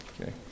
Okay